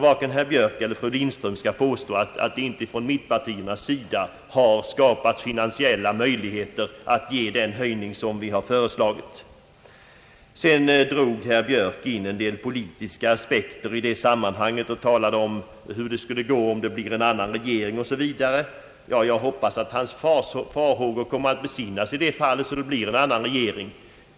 Varken herr Björk eller fru Lindström skall påstå, att det inte från mittenpartiernas sida har skapats finansiella möjligheter att ge den höjning som vi har föreslagit. Sedan drog herr Björk in en del politiska aspekter i sammanhanget och talade om hur det skulle gå, om det blir en ny regering. Jag hoppas att hans farhågor kommer att besannas i det fallet, så att det blir en annan regering!